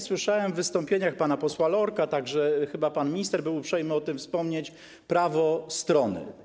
Słyszałem w wystąpieniu pana posła Lorka i chyba także pan minister był uprzejmy o tym wspomnieć: prawo strony.